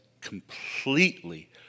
completely